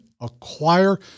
acquire